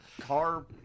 car